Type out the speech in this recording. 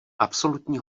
absolutní